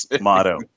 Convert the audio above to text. motto